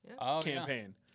campaign